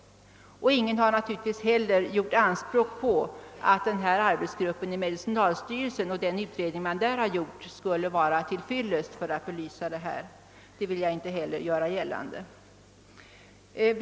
Ingen har naturligtvis heller hävdat att den utredning som arbetsgruppen gjort skulle vara till fyllest för att belysa detta problem. Det vill inte heller jag göra gällande.